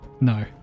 No